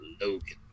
Logan